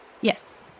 Yes